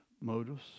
motives